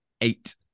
eight